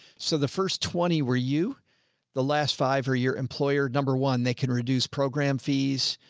so the first twenty, were you the last five or your employer? number one, they can reduce program fees.